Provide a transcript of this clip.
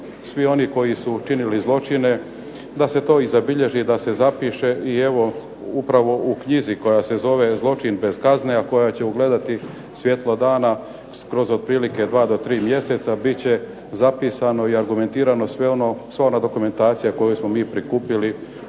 svi oni koji su učinili zločine, da se to zabilježi i zapiše i evo upravo u knjizi koja se zove „Zločin bez kazne“ a koja će ugledati svjetlo dana kroz koja 2 do 3 mjeseca biti će zapisano i argumentirano sva ona dokumentacija koju smo mi prikupili